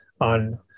on